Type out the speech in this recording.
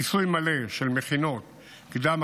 כיסוי מלא של מכינות קדם-אקדמאיות,